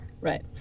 Right